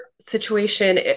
situation